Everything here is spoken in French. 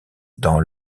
dans